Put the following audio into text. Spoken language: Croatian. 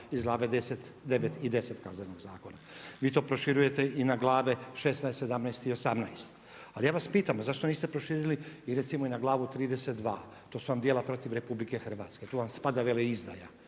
iz glave IX. i X. Kaznenog zakona. Vi to proširujete i na glave XVI., XVII. i XVIII. Ali ja vas pitam zašto niste proširili i recimo i na glavu 32. To su vam djela protiv Republike Hrvatske. Tu vam spada veleizdaja.